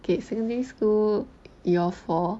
K secondary school y'all four